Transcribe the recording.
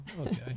okay